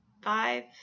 five